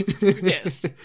Yes